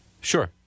Sure